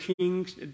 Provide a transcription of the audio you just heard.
kings